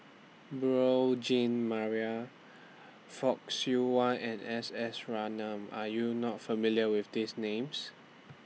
Beurel Jean Marie Fock Siew Wah and S S Ratnam Are YOU not familiar with These Names